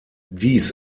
dies